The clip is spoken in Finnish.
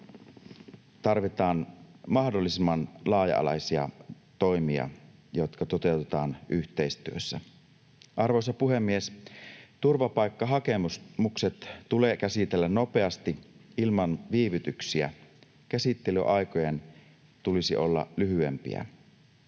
Tarvitaan mahdollisimman laaja-alaisia toimia, jotka toteutetaan yhteistyössä. Arvoisa puhemies! Turvapaikkahakemukset tulee käsitellä nopeasti, ilman viivytyksiä. Käsittelyaikojen tulisi olla lyhyempiä.